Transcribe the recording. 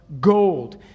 gold